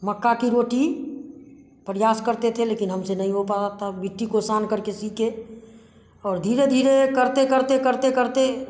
मक्का की रोटी प्रयास करते थे लेकिन हमसे नहीं हो पाता था मिट्टी को सान करके सीखे और धीरे धीरे करते करते करते करते